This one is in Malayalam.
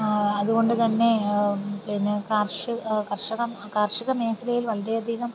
അതുകൊണ്ടു തന്നെ പിന്നെ കാർഷിക കർഷകം കാർഷിക മേഖലയിൽ വളരെ അധികം